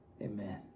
Amen